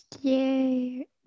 Yay